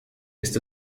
ist